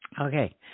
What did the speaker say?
Okay